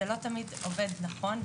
זה לא תמיד עובד נכון,